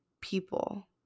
people